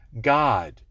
God